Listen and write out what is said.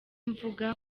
mvuga